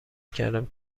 کردم